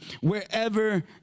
wherever